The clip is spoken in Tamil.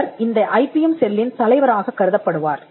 அவர் இந்த ஐபிஎம் செல்லின் தலைவராகக் கருதப்படுவார்